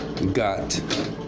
Got